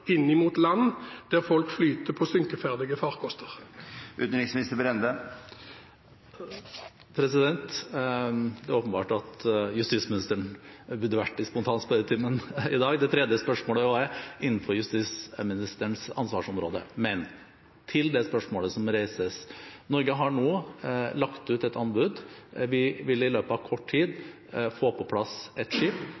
inn mot land, der folk flyter på synkeferdige farkoster? Det er åpenbart at justisministeren burde vært i spontanspørretimen i dag. Det tredje spørsmålet er også innenfor justisministerens ansvarsområde. Men til det spørsmålet som reises: Norge har nå lagt ut et anbud. Vi vil i løpet av kort tid få på plass et skip.